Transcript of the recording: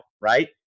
right